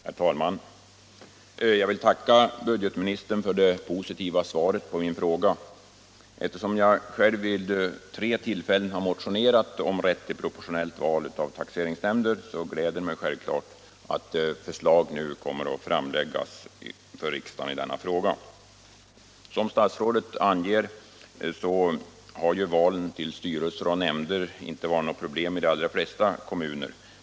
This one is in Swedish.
Herr talman! Jag vill tacka budgetministern för det positiva svaret på min fråga. Eftersom jag själv vid tre tillfällen har motionerat om rätt till proportionellt val av taxeringsnämnder gläder det mig självfallet att förslag nu kommer att framläggas för riksdagen i denna fråga. Som statsrådet anger har valen till styrelser och nämnder inte varit något problem i de allra flesta kommuner.